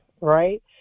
right